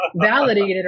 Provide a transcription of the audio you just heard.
validated